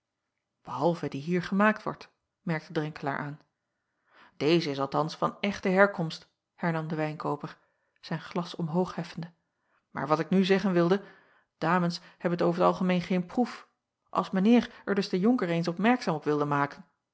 ehalve die hier gemaakt wordt merkte renkelaer aan eze is althans van echte herkomst hernam de wijnkooper zijn glas omhoog heffende maar wat ik nu zeggen wilde dames hebben over t algemeen geen proef als mijn eer er dus den onker eens opmerkzaam op wilde maken